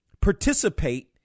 participate